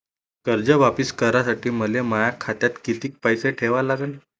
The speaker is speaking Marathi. कर्ज वापिस करासाठी मले माया खात्यात कितीक पैसे ठेवा लागन?